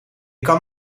kan